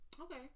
Okay